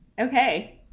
Okay